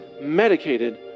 medicated